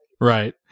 Right